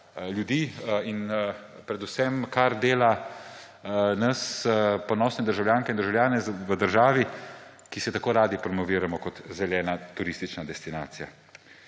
ljudi in predvsem kar dela nas ponosne državljanke in državljane v državi, kjer se tako radi promoviramo kot zelena turistična destinacija.